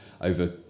over